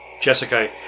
Jessica